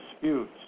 disputes